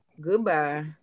goodbye